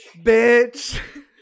Bitch